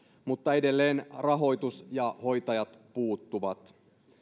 mutta edelleen rahoitus ja hoitajat puuttuvat